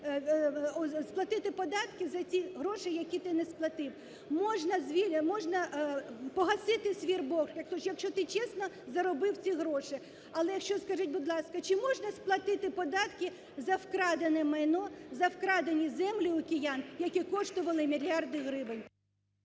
Сплатити податки за ті гроші, які ти не сплатив? Можна погасити свій борг, якщо ти чесно заробив ці гроші. Але, якщо, скажіть, будь ласка, чи можна сплатити податки за вкрадене майно, за вкрадені землі у киян, які коштували мільярди гривень?